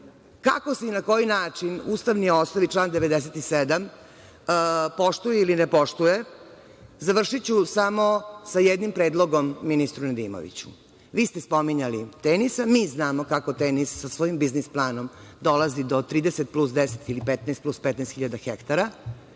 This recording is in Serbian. se i na koji način ustavni osnov i član 97. poštuje ili ne poštuje, završiću samo sa jednim predlogom ministru Nedimoviću. Vi ste spominjali „Tenisa“, mi znamo kako „Tenis“ sa svojim biznis planom dolazi do 30 plus 10, ili 15 plus 15 hiljada hektara.